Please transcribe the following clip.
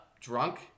drunk